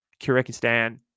Kyrgyzstan